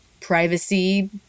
privacy